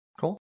Cool